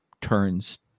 turns